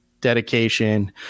dedication